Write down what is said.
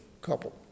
couple